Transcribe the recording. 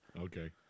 Okay